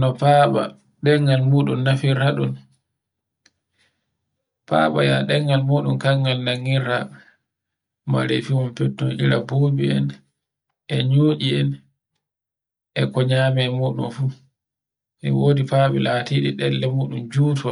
No faɓa ɗengal muɗum nefirta ɗum. Faɓa e ɗemgal muɗum kangal nangirta marefuel fittum ira bubi en, e nyucci en, e konyame muɗum fu e wodi faɓe ɗen lemuto juto.